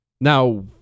now